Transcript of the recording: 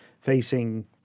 facing